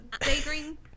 daydream